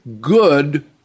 good